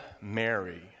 Mary